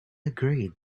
agreed